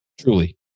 Truly